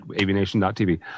aviation.tv